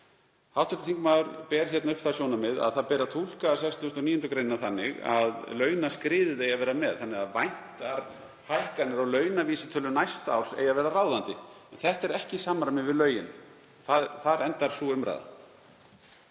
Hv. þingmaður ber hér upp það sjónarmið að það beri að túlka 69. gr. þannig að launaskriðið eigi að vera með þannig að væntar hækkanir á launavísitölu næsta árs eigi að vera ráðandi. Þetta er ekki í samræmi við lögin. Þar endar sú umræða.